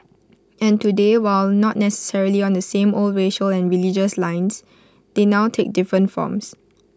and today while not necessarily on the same old racial and religious lines they now take different forms